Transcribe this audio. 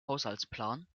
haushaltsplan